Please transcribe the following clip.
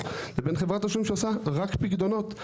לבין חברת תשלומים שעושה רק פיקדונות.